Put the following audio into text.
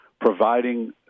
providing